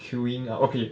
queuing up okay